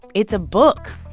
it's a book.